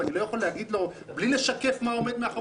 אבל למחרת הוא יקים אתר אחר.